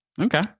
Okay